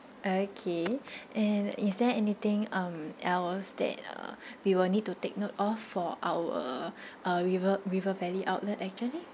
okay and is there anything um else that uh we will need to take note of for our uh river river valley outlet actually